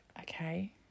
Okay